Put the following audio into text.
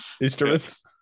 instruments